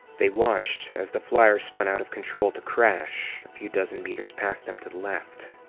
they watched as the flyer spun out of control to crash, a few dozen meters past them to the left.